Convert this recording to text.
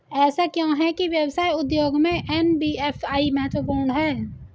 ऐसा क्यों है कि व्यवसाय उद्योग में एन.बी.एफ.आई महत्वपूर्ण है?